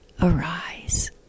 arise